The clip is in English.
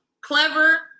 clever